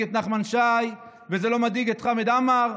את נחמן שי וזה לא מדאיג את חמד עמאר.